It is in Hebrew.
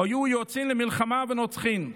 "היו יוצאין למלחמה ונוצחין".